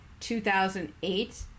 2008